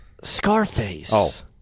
Scarface